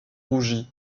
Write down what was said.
rougi